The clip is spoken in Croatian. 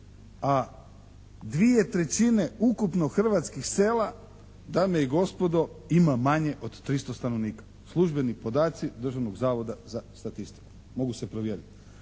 a dvije trećine ukupno hrvatskih sela dame i gospodo ima manje od 300 stanovnika. Službeni podaci Državnog zavoda za statistiku. Mogu se provjeriti.